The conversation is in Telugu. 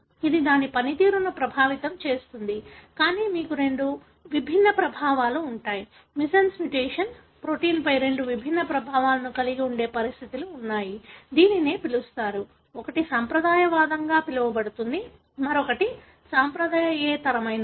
ఇది దాని పనితీరును ప్రభావితం చేస్తుంది కానీ మీకు రెండు విభిన్న ప్రభావాలు ఉంటాయి మిస్సెన్స్ మ్యుటేషన్ ప్రొటీన్పై రెండు విభిన్న ప్రభావాలను కలిగి ఉండే పరిస్థితులు ఉన్నాయి దీనిని పిలుస్తారు ఒకటి సంప్రదాయవాదంగా పిలువబడు తుంది మరొకటి సంప్రదాయేతరమైనది